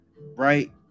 right